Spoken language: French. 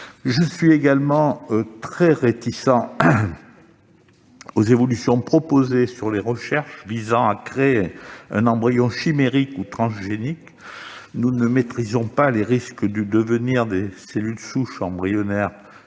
Je suis également très réticent face aux évolutions proposées sur les recherches visant à créer un embryon chimérique ou transgénique. Nous ne maîtrisons pas les risques du devenir des cellules souches humaines